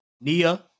Nia